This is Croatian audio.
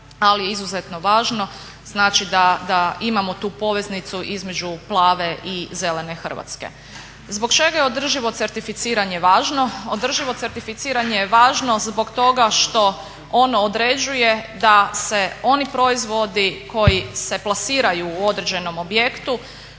ali je izuzetno važno znači da imamo tu poveznicu između plave i zelene Hrvatske. Zbog čega je održivo certificiranje važno? Održivo certificiranje je važno zbog toga što ono određuje da se oni proizvodi koji se plasiraju u određenom objektu